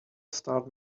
start